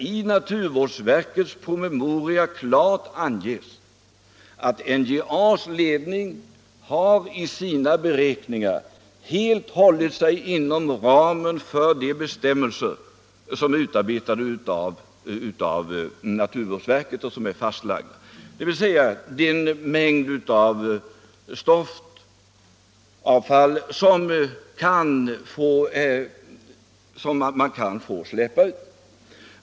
I naturvårdsverkets promemoria anges klart att NJA:s ledning i sina beräkningar har hållit sig helt inom ramen för de bestämmelser som är utarbetade av naturvårdsverket och som sedan har fastslagits när det gäller den mängd av avfallsstoff som kan komma att släppas ut.